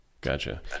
Gotcha